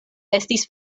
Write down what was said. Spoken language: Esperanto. estis